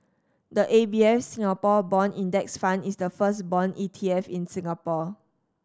the A B F Singapore Bond Index Fund is the first bond E T F in Singapore